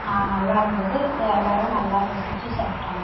நல்லா இருந்தது எல்லாரும் நல்லா ருசித்து சாப்பிட்டாங்க